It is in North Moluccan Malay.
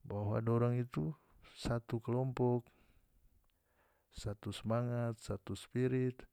bahwa dorang itu satu kelompok satu smangat satu spirit.